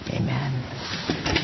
Amen